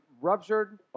ruptured